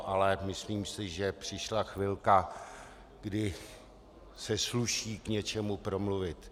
Ale myslím si, že přišla chvilka, kdy se sluší k něčemu promluvit.